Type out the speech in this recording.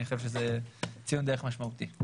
אני חושב שזה ציון דרך משמעותי.